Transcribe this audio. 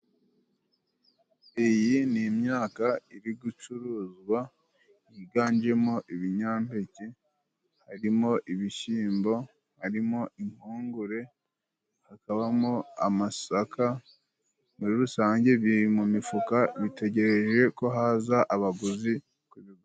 Iyi ni imyaka iri gucuruzwa yiganjemo ibinyampeke. Harimo ibishyimbo, harimo impungure, hakabamo amasaka. Muri rusange biri mu mifuka bitegereje ko haza abaguzi kubigura.